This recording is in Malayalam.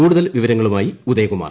കൂടുതൽ വിവരങ്ങളുമായി ഉദയകുമാർ